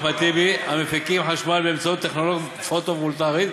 המפיקים חשמל באמצעות טכנולוגיה פוטו-וולטאית